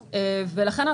לכן,